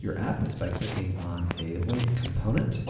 your app is by clicking on a link component,